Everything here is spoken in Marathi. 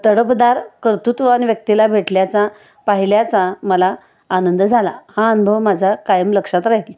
तडफदार कर्तृत्ववान व्यक्तीला भेटल्याचा पाहिल्याचा मला आनंद झाला हा अनुभव माझ्या कायम लक्षात राहील